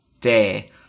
day